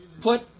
put